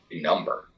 number